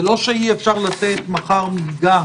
זה לא שאי אפשר לתת מחר מלגה